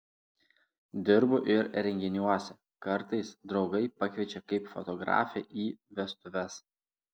dirbu ir renginiuose kartais draugai pakviečia kaip fotografę į vestuves